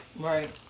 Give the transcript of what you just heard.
Right